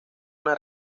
una